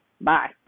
Bye